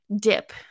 dip